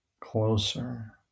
Closer